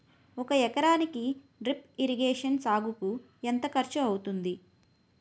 ఒక ఎకరానికి drip irrigation సాగుకు ఎంత ఖర్చు అవుతుంది?